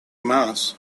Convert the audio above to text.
mass